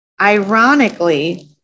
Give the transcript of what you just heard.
Ironically